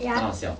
ya